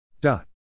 Dot